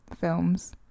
films